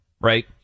right